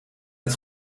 het